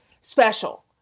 special